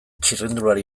txirrindulari